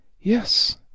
Yes